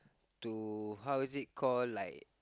to how is it call like